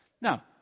Now